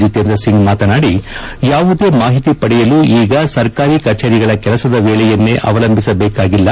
ಜಿತೇಂದ್ರಸಿಂಗ್ ಮಾತನಾಡಿ ಯಾವುದೇ ಮಾಹಿತಿ ಪಡೆಯಲು ಈಗ ಸರ್ಕಾರಿ ಕಚೇರಿಗಳ ಕೆಲಸದ ವೇಳೆಯನ್ನೇ ಅವಲಂಬಿಸಬೇಕಾಗಿಲ್ಲ